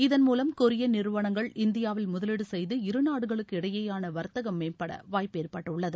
இதன் மூலம் கொரிய நிறுவனங்கள் இந்தியாவில் முதவீடு செய்து இருநாடுகளுக்கு இடடயயான வாத்தகம் மேம்பட வாய்ப்பு ஏற்பட்டுள்ளது